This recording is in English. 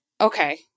Okay